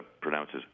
pronounces